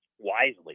wisely